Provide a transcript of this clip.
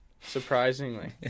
surprisingly